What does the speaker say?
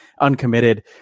uncommitted